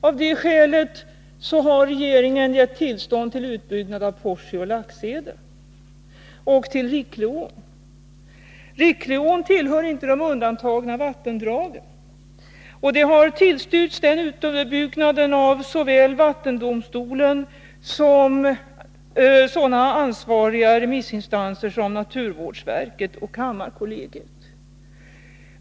Av det skälet har regeringen gett tillstånd till utbyggnad av Porsi och Laxede liksom av Rickleån. Rickleån tillhör inte de undantagna vattendragen. Den utbyggnaden har tillstyrkts av såväl vattendomstolen som sådana ansvariga remissinstanser som naturvårdsverket och kammarkollegiet.